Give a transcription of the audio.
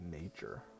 nature